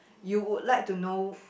you would like to know